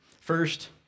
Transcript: First